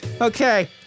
Okay